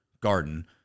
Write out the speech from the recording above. garden